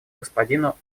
господину